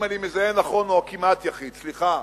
אם אני מזהה נכון, או הכמעט יחיד, סליחה,